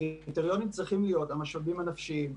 קריטריונים צריכים להיות המשאבים הנפשיים,